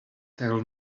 tell